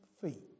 feet